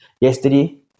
yesterday